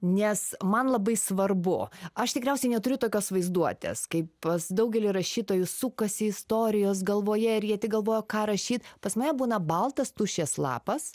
nes man labai svarbu aš tikriausiai neturiu tokios vaizduotės kaip pas daugelį rašytojų sukasi istorijos galvoje ir jie tik galvoja ką rašyt pas mane būna baltas tuščias lapas